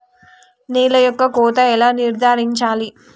నేల యొక్క కోత ఎలా నిర్ధారించాలి?